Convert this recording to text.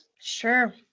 Sure